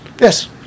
Yes